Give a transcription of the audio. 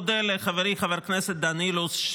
אני מודה לחברי חבר הכנסת דן אילוז,